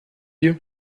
you